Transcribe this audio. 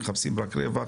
שמחפשים רק רווח.